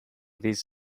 these